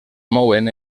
mouen